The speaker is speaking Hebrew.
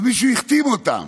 מישהו החתים אותם.